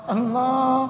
Allah